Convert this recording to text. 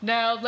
Now